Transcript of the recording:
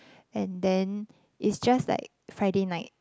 and then it's just like Friday night